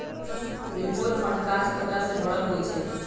mutual fund काज़ खतरा से भरल होइ छइ